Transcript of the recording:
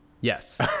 Yes